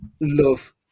love